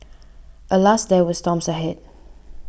alas there were storms ahead